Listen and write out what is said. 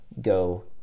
go